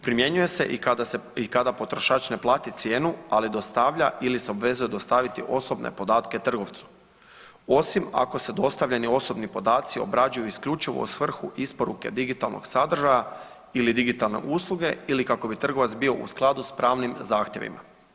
Primjenjuje se i kada potrošač ne plati cijenu, ali dostavlja ili se obvezuje dostaviti osobne podatke trgovcu osim ako se dostavljeni osobni podaci obrađuju isključivo u svrhu digitalnog sadržaja ili digitalne usluge ili kako bi trgovac bio u skladu s pravnim zahtjevima.